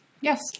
Yes